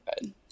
good